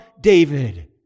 David